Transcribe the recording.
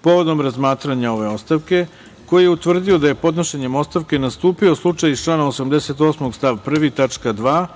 povodom razmatranja ove ostavke, koji je utvrdio da je, podnošenjem ostavke, nastupio slučaj iz člana 88. stav 1.